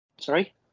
Sorry